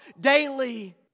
daily